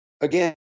again